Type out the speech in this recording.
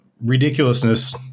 ridiculousness